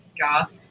goth